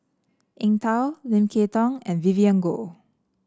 Eng Tow Lim Kay Tong and Vivien Goh